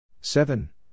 seven